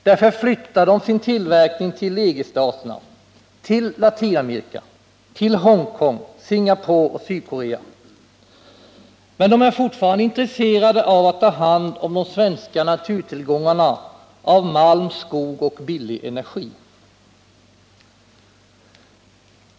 Därför flyttar de sin tillverkning till EG-staterna, Latinamerika, Hongkong, Singapore och Sydkorea. Men de är fortfarande intresserade av att ta hand om de svenska naturtillgångarna av malm, skog och billig energi.